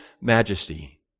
majesty